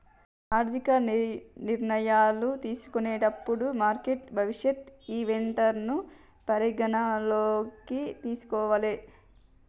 ఆర్థిక నిర్ణయాలు తీసుకునేటప్పుడు మార్కెట్ భవిష్యత్ ఈవెంట్లను పరిగణనలోకి తీసుకోవాలే